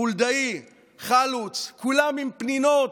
חולדאי, חלוץ, כולם עם פנינים,